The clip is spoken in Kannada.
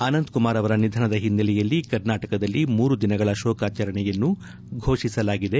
ಅನಂತಕುಮಾರ್ ಅವರ ನಿಧನದ ಹಿನ್ನೆಲೆಯಲ್ಲಿ ಕರ್ನಾಟಕದಲ್ಲಿ ಮೂರು ದಿನಗಳ ಶೋಕಾಚರಣೆಯನ್ನು ಘೋಷಿಸಲಾಗಿದೆ